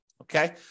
Okay